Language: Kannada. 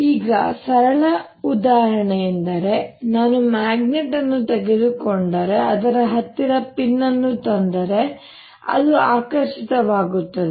ಈಗ ಸರಳ ಉದಾಹರಣೆಯೆಂದರೆ ನಾನು ಮ್ಯಾಗ್ನೆಟ್ ಅನ್ನು ತೆಗೆದುಕೊಂಡು ಅದರ ಹತ್ತಿರ ಪಿನ್ ಅನ್ನು ತಂದರೆ ಅದು ಆಕರ್ಷಿತವಾಗುತ್ತದೆ